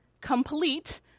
complete